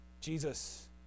Jesus